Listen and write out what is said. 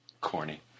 Corny